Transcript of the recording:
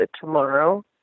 tomorrow